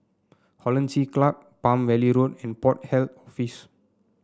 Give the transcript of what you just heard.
Hollandse Club Palm Valley Road and Port Health Office